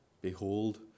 Behold